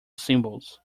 symbols